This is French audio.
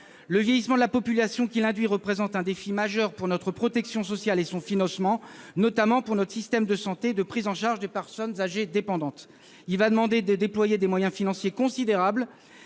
Le vieillissement de la population qu'il induit représente un défi majeur pour notre protection sociale et son financement, notamment pour notre système de santé et de prise en charge des personnes âgées dépendantes. Il nous faudra déployer des moyens financiers considérables